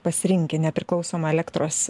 pasirinkę nepriklausomą elektros